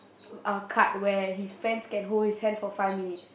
uh card where his fans can hold his hands for five minutes